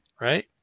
Right